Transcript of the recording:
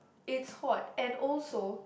it's hot and also